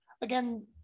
again